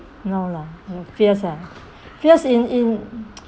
no lah fierce lah fierce in in